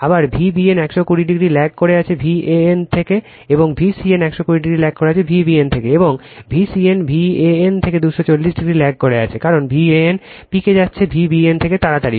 আবার Vbn 120 o lag করে আছে Van থেকে এবং Vcn 120 o ল্যাগ করে আছে Vbn থেকে এবং Vcn V n থেকে 240 o ল্যাগ করে আছে কারণ V n পিকে যাচ্ছে Vbn থেকে তাড়াতাড়ি